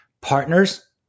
partners